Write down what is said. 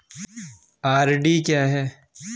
RD क्या है?